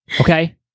Okay